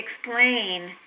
explain